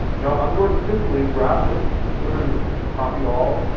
you know i'm going to simply grab this. i'm literally going to copy all,